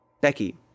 Becky